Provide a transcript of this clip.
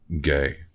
gay